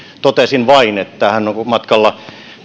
totesin vain että hän on matkalla